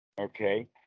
Okay